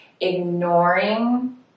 ignoring